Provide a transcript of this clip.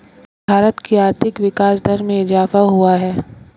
भारत की आर्थिक विकास दर में इजाफ़ा हुआ है